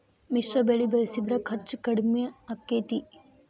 ಮಿಶ್ರ ಬೆಳಿ ಬೆಳಿಸಿದ್ರ ಖರ್ಚು ಕಡಮಿ ಆಕ್ಕೆತಿ?